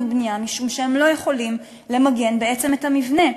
בנייה משום שהם לא יכולים למגן בעצם את המבנה,